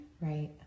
right